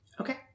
Okay